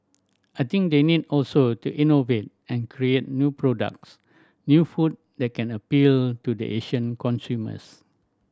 I think they need also to innovate and create new products new food that can appeal to the Asian consumers